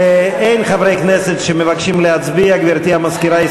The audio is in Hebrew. אין חברי כנסת שמבקשים להצביע, גברתי המזכירה.